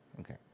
Okay